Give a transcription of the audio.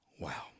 Wow